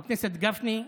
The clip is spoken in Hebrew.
חבר הכנסת גפני,